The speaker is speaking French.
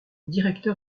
directeur